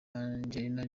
angelina